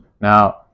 Now